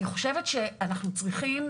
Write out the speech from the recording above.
אני חושבת שאנחנו צריכים,